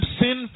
sin